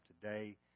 today